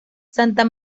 santa